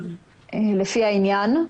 לפי העניין".